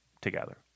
together